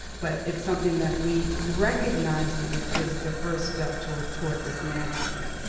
but it's something that we recognizing it is the first step toward toward dismantling it